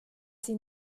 sie